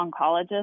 oncologist